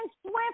swift